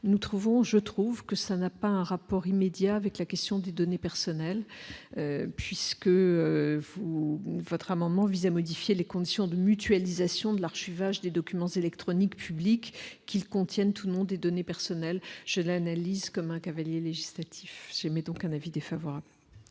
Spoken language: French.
nous trouvons je trouve que ça n'a pas un rapport immédiat avec la question des données personnelles, puisque vous votre amendement vise à modifier les conditions de mutualisation de l'archivage des documents électroniques public qu'ils contiennent, tout le monde et données personnelles, je l'analyse comme un cavalier législatif j'émet donc un avis défavorable.